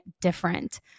different